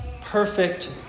perfect